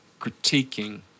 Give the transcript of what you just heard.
critiquing